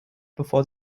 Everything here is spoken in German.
bevor